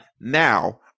Now